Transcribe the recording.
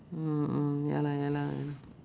mm mm ya lah ya lah ya lah